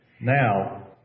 now